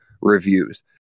reviews